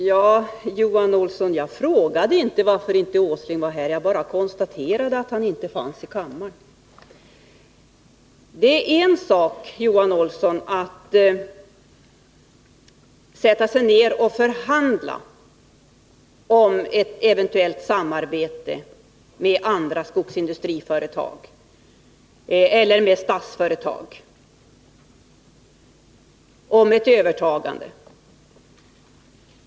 Herr talman! Jag frågade inte, Johan Olsson, varför inte Nils Åsling var här. Jag bara konstaterade att han inte fanns i kammaren. Det är en sak, Johan Olsson, att sätta sig ner och förhandla om ett eventuellt samarbete med andra skogsindustriföretag eller med Statsföretag om ett övertagande.